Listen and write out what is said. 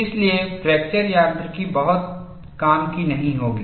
इसलिए फ्रैक्चर यांत्रिकी बहुत काम की नहीं होगी